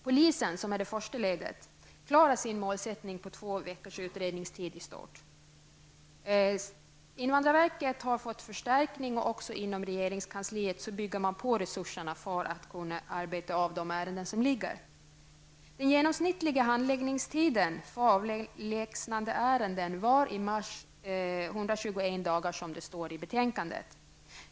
Polisen som är det första ledet klarar i stort sin målsättning på två veckors utredningstid. Invandrarverket har fått förstärkning, och även inom regeringskansliet utökar man resurserna för att kunna arbeta av de ärenden som ligger. Den genomsnittliga handläggningstiden för avlägsnandeärenden var som det står i betänkandet i mars 121 dagar.